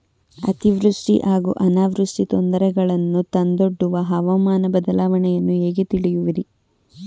ಅತಿವೃಷ್ಟಿ ಹಾಗೂ ಅನಾವೃಷ್ಟಿ ತೊಂದರೆಗಳನ್ನು ತಂದೊಡ್ಡುವ ಹವಾಮಾನ ಬದಲಾವಣೆಯನ್ನು ಹೇಗೆ ತಿಳಿಯುವಿರಿ?